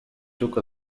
took